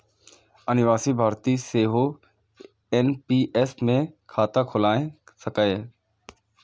अनिवासी भारतीय सेहो एन.पी.एस मे खाता खोलाए सकैए